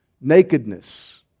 Nakedness